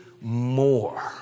more